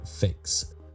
fix